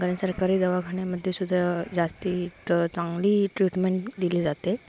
कारण सरकारी दवाखान्यामध्ये सुद्धा जास्तीत चांगली ट्रीटमेंट दिली जाते